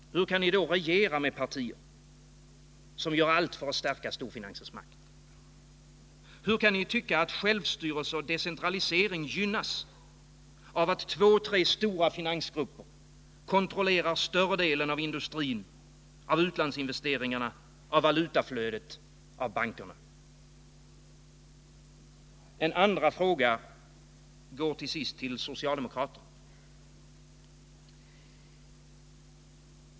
Hur kan ni då regera med partier som gör allt för att stärka storfinansens makt? Hur kan ni tycka att självstyre och decentralisering gynnas av att två tre stora finansgrupper kontrollerar större delen av industrin, av utlandsinvesteringarna, av valutaflödet och av bankerna? En andra fråga går till sist till socialdemokraterna.